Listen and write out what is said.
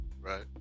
Right